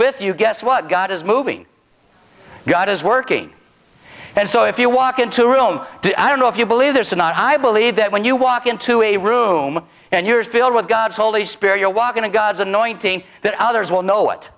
with you guess what god is moving god is working and so if you walk into a room i don't know if you believe there's or not high believe that when you walk into a room and your is filled with god's holy spirit you're walking to god's anointed that others will know it